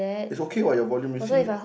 is okay what your volume you see